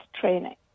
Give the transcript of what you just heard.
training